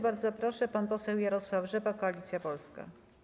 Bardzo proszę, pan poseł Jarosław Rzepa, Koalicja Polska.